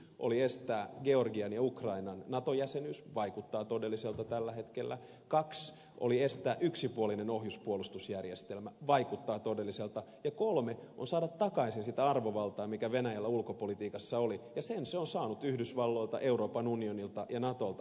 yksi estää georgian ja ukrainan nato jäsenyys vaikuttaa todelliselta tällä hetkellä kaksi estää yksipuolinen ohjuspuolustusjärjestelmä vaikuttaa todelliselta ja kolme saada takaisin sitä arvovaltaa mikä venäjällä ulkopolitiikassa oli ja sen se on saanut yhdysvalloilta euroopan unionilta ja natolta